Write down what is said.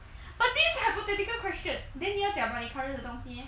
but this is hypothetical question then 你要讲 about 你 current 的东西 meh